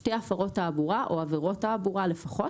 שתי הפרות תעבורה או עבירות תעבורה לפחות,